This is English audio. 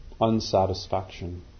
unsatisfaction